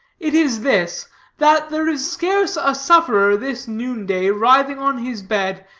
it is this that there is scarce a sufferer, this noonday, writhing on his bed,